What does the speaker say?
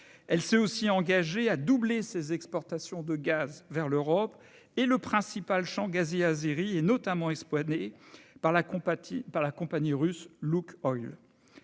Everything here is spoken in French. pays s'est aussi engagé à doubler ses exportations de gaz vers l'Europe ; or le principal champ gazier azéri est notamment exploité par la compagnie russe Lukoil.